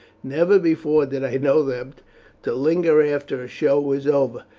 never before did i know them to linger after a show was over.